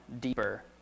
deeper